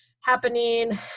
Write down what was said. happening